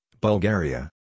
Bulgaria